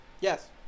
yes